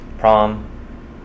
prom